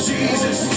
Jesus